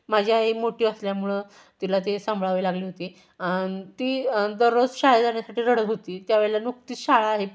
माझी आई मोठी असल्यामुळं तिला ते सांभाळावे लागले होते आणि ती दररोज शाळेत जाण्यासाठी रडत होती त्यावेळेला नुकतीच शाळा आहे